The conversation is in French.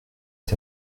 est